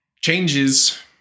changes